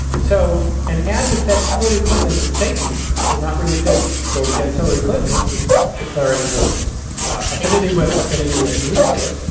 so an ad that said hillary clinton is a satan does not really say vote against hillary clinton. it's just declaring her affinity with affinity with lucifer.